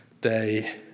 day